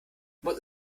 muss